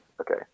Okay